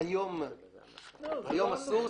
היום אסור.